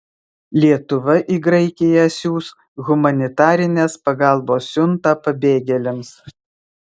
lietuva į graikiją siųs humanitarinės pagalbos siuntą pabėgėliams